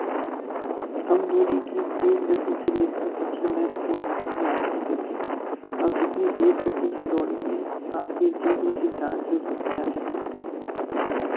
कम दूरी की तेज़ गति की रेस में सबसे महत्वपूर्ण होती है आपकी गति आप जितनी तेज़ गति से दौड़ेंगे आपके जीतने के चांसेज़ उतने अधिक होते हैं